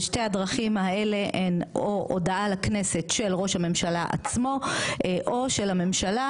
ושתי הדרכים האלה הן או הודעה לכנסת של ראש הממשלה עצמו או של הממשלה.